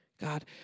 God